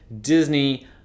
Disney